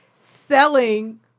selling